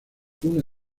una